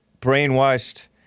brainwashed